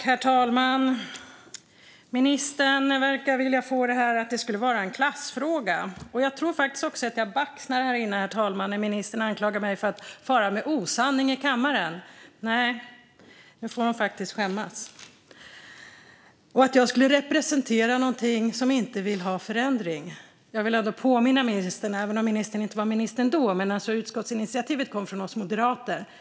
Herr talman! Ministern verkar vilja få det här till att vara en klassfråga. Jag tror faktiskt att jag baxnar när ministern anklagar mig för att fara med osanning i kammaren. Nej, nu får hon faktiskt skämmas! När det gäller att jag skulle representera någonting som inte vill ha förändring vill jag påminna ministern, även om hon inte var minister då, om att utskottsinitiativet kom från oss moderater.